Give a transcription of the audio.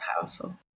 powerful